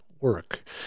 work